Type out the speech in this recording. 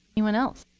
anyone else?